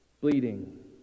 bleeding